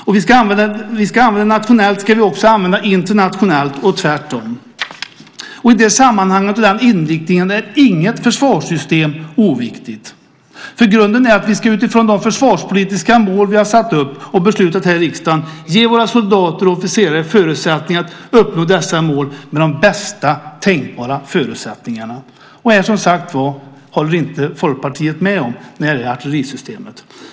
Det vi använder nationellt ska vi också använda internationellt och tvärtom. I det sammanhanget och utifrån den inriktningen är inget försvarssystem oviktigt. Grunden är ju att vi utifrån de försvarspolitiska mål som vi har satt upp och beslutat om här i riksdagen ska ge våra soldater och officerare förutsättningar att uppnå dessa mål med de bästa tänkbara villkoren. Men Folkpartiet håller, som sagt, inte med när det gäller artillerisystemet.